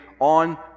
on